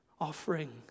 offering